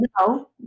no